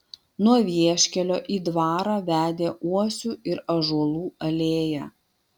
nuo vieškelio į dvarą vedė uosių ir ąžuolų alėja